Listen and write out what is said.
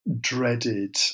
dreaded